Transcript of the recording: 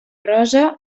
rosa